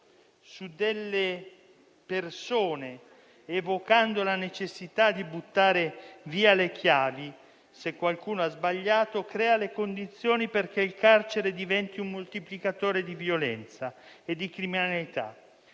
su delle persone evocando la necessità di buttare via le chiavi se qualcuno ha sbagliato, crea le condizioni perché il carcere diventi un moltiplicatore di violenza e di criminalità.